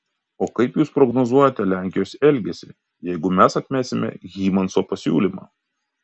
o kaip jūs prognozuojate lenkijos elgesį jeigu mes atmesime hymanso pasiūlymą